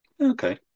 Okay